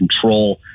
control